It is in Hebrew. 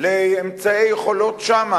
אמצעים שיכולים,